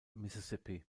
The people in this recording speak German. mississippi